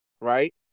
right